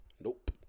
Nope